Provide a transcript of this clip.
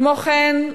כמו כן,